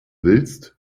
willst